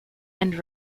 and